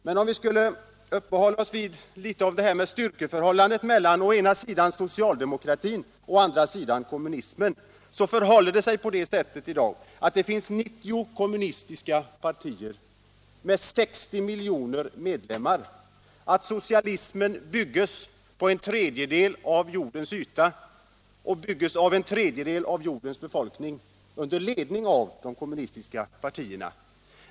Låt oss uppehålla oss litet vid frågan om styrkeförhållandet mellan å ena sidan socialdemokratin och å andra sidan kommunismen. Det förhåller sig så att det i dag finns 90 kommunistiska partier med 60 miljoner medlemmar. Socialismen byggs på en tredjedel av jordens yta och av en tredjedel av jordens befolkning under ledning av de kommunistiska partierna.